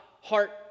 heart